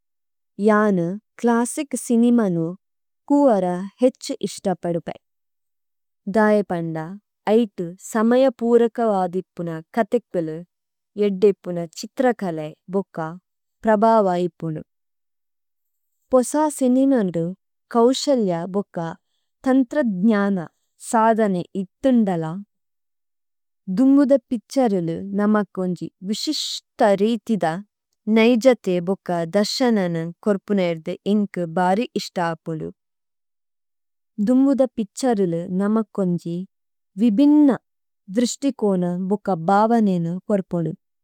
യാനി കലസിക സിനിമനു കൂവരാ ഹചി ഇഷടപഡിപായി। ദായപംഡാ അയടി സമയപൂരകവാധിപണ കതികലി, എഡഡിപണ ചിതരകലഇ ഭഗാ പരഭാവായിപണ। പഉസാ സിനിനാംഡം കഊവഷയലിയാ ഭഗാ തംതരധിനാന സാധനഇ ഇതിംഡഡലാ। ദംമദപിചചരലിലനാമക കഊനജി വിശിഷതരിതിദ നഈജതഇ ബഗാ ദരശനന കരപണായിരദ ഇംക ബാരി ഇഷടാകലു। ദംമദപിചചചരലിലനാമക കഊനജി വിബിനന ധിശിഷടികഓന ബഗാ ബാവനഇന കരപണു।